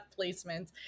placements